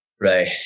right